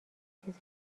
چیز